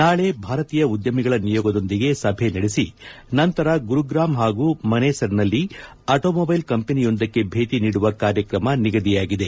ನಾಳೆ ಭಾರತೀಯ ಉದ್ಲಮಿಗಳ ನಿಯೋಗದೊಂದಿಗೆ ಸಭೆ ನಡೆಸಿ ನಂತರ ಗುರುಗ್ರಾಂ ಹಾಗೂ ಮನೇಸರ್ನಲ್ಲಿ ಆಟೋಮೊಬೈಲ್ ಕಂಪೆನಿಯೊಂದಕ್ಕೆ ಭೇಟ ನೀಡುವ ಕಾರ್ಯಕ್ರಮ ನಿಗದಿಯಾಗಿದೆ